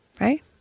right